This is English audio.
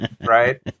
Right